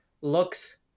looks